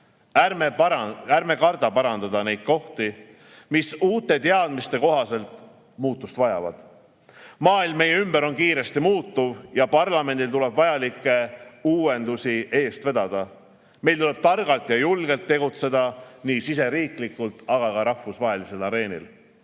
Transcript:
Ärme karda parandada neid kohti, mis uute teadmiste kohaselt muutust vajavad. Maailm meie ümber on kiiresti muutuv ja parlamendil tuleb vajalikke uuendusi eest vedada. Meil tuleb targalt ja julgelt tegutseda nii riigisiseselt kui ka rahvusvahelisel areenil. Head